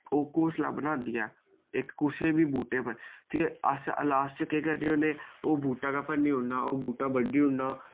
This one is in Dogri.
ओह् घोंसला बनांदी ऐ इक कुसै बी बूह्टे पर ते अस लास्ट च केह् करने होन्ने ओह् बूह्टा गै भन्नी ओड़ना ओह् बूह्टा बड्ढी ओड़ना